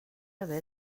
haver